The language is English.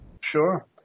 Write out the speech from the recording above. Sure